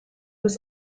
was